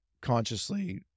consciously